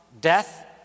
death